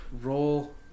Roll